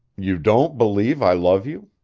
you don't believe i love you?